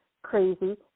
Crazy